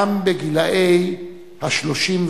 גם בגיל 30 ויותר.